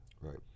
Right